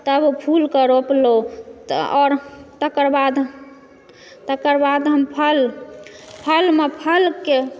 तब फूलके रोपलहुँ तऽ आओर तकरबाद तकरबाद हम फल फलमे फलके